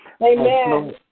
Amen